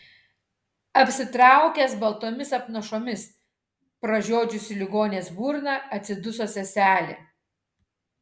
apsitraukęs baltomis apnašomis pražiodžiusi ligonės burną atsiduso seselė